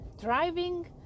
driving